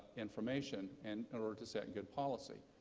information and in order to set good policy.